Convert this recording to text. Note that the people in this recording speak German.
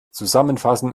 zusammenfassen